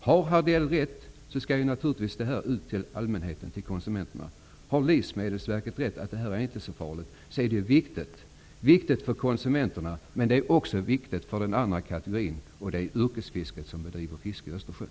Har Hardell rätt, skall informationen naturligtvis ut till allmänheten, till konsumenterna. Har Livsmedelsverket rätt att det inte är farligt att äta Östersjöfisk, är det viktigt att gå ut med den informationen till konsumenterna. Men det är också viktigt för yrkesfiskare som bedriver fiske i Östersjön.